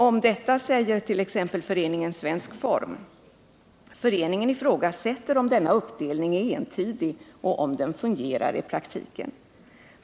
Om detta säger t.ex. föreningen Svensk Form: ”Föreningen ifrågasätter om denna uppdelning är entydig och om den fungerar i praktiken.